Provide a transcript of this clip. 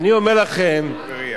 אגבאריה.